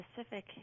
specific